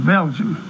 Belgium